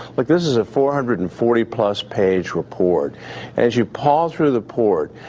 like this is a four hundred and forty plus page report as you pause through the port,